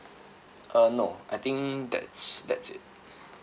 uh no I think that's that's it